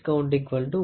Dn Total Reading M